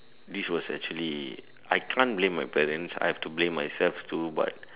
this was actually I can't blame my parents I have to blame myself too but